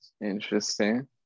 Interesting